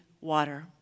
water